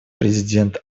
президент